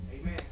Amen